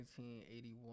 1981